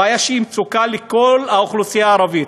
הבעיה היא שזו מצוקה של כל האוכלוסייה הערבית.